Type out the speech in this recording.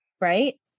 Right